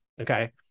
okay